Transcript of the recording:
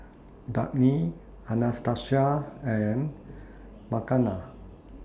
Dagny Anastasia and Makenna